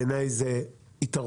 בעיני זה יתרון.